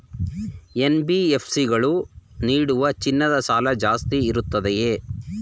NBFC ಗಳು ನೀಡುವ ಚಿನ್ನದ ಸಾಲ ಜಾಸ್ತಿ ಇರುತ್ತದೆಯೇ?